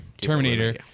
Terminator